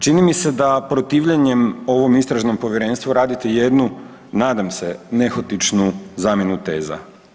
Čini mi se da protivljenje ovom istražnom povjerenstvu radite jednu nadam se nehotičnu zamjenu teza.